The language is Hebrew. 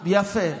יפה.